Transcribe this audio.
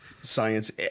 science